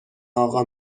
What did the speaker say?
اقا